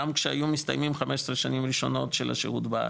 גם כשהיו מסתיימות 15 שנים ראשונות של השהות בארץ,